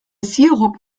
sirup